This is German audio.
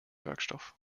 werkstoff